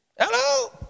Hello